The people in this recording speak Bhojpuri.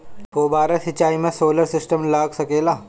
फौबारा सिचाई मै सोलर सिस्टम लाग सकेला?